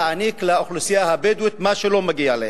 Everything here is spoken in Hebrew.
להעניק לאוכלוסייה הבדואית מה שלא מגיע להם,